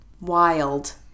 Wild